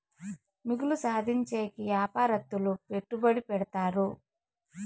మిగులు సాధించేకి యాపారత్తులు పెట్టుబడి పెడతారు